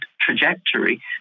trajectory